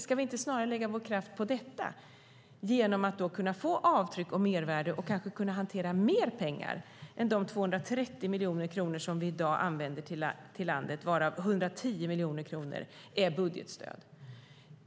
Ska vi då inte snarare lägga vår kraft på det och kunna få avtryck och mervärde och kanske kunna hantera mer pengar än de 230 miljoner kronor som vi i dag använder till landet, varav 110 miljoner kronor är budgetstöd?